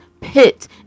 pit